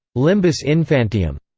limbus infantium.